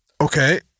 Okay